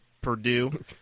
Purdue